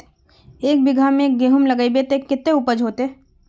एक बिगहा में गेहूम लगाइबे ते कते उपज होते?